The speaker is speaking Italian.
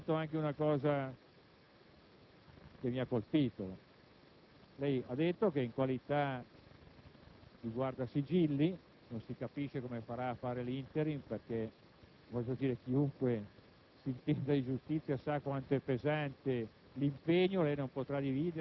la spazzatura culturale della Sapienza. Questa è l'Italia che noi stiamo vedendo in questi giorni. *(Applausi dal Gruppo LNP)*. Io vorrei capire, signor Presidente, che cosa intende fare per farci uscire da questa *impasse*.